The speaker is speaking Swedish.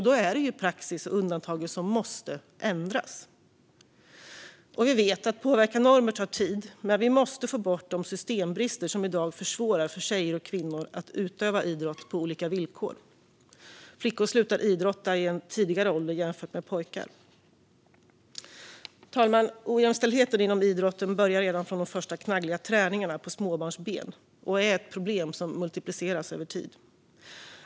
Vi vet att det tar tid att påverka normer, men vi måste få bort de systembrister som i dag försvårar för tjejer och kvinnor att utöva idrott på lika villkor. Flickor slutar idrotta i tidigare ålder jämfört med pojkar. Fru talman! Ojämställdheten inom idrotten börjar redan från de första knaggliga träningarna på småbarnsben och är ett problem som multipliceras över tid.